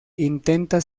intenta